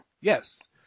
Yes